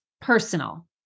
personal